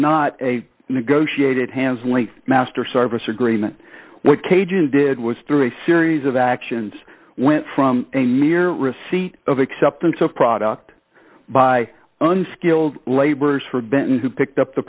not a negotiated hands length master service agreement what cajun did was through a series of actions went from a mere receipt of acceptance of product by unskilled laborers for benton who picked up the